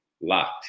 locked